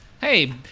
Hey